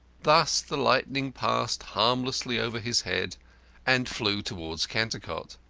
thus the lightning passed harmlessly over his head and flew towards cantercot.